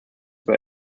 were